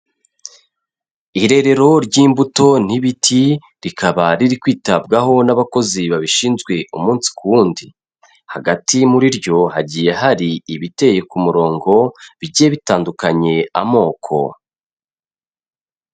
Irerero ry'imbuto n'ibiti, rikaba riri kwitabwaho n'abakozi babishinzwe umunsi ku wundi. Hagati muri ryo hagiye hari ibiteye ku murongo bigiye bitandukanye amoko.